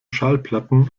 schallplatten